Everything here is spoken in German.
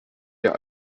der